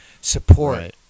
support